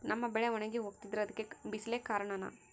ನಮ್ಮ ಬೆಳೆ ಒಣಗಿ ಹೋಗ್ತಿದ್ರ ಅದ್ಕೆ ಬಿಸಿಲೆ ಕಾರಣನ?